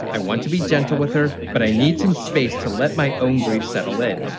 i want to be gentle with her, but i need some space to let my own grief settle in.